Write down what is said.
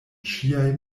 ŝiaj